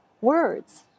words